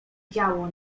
działo